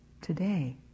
today